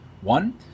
One